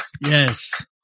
Yes